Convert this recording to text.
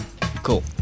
Cool